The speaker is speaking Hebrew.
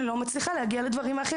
אני חיה את זה כל היום.